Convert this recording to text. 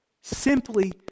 Simply